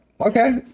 Okay